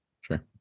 Sure